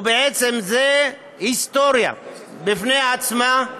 ובעצם זה היסטוריה בפני עצמה,